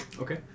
Okay